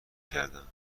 کردم